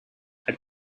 had